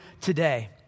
today